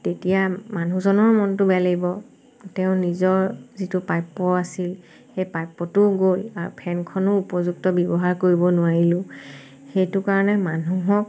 তেতিয়া মানুহজনৰ মনটো বেয়া লাগিব তেওঁৰ নিজৰ যিটো প্ৰাপ্য আছিল সেই প্ৰাপ্যটোও গ'ল আৰু সেই ফেনখনৰ উপযুক্ত ব্যৱহাৰ কৰিব নোৱাৰিলোঁ সেইটো কাৰণে মানুহক